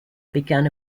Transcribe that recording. began